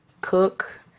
cook